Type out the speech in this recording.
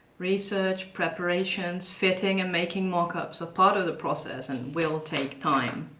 research, preparations, fitting and making mock-ups are part of the process, and will take time.